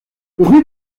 rue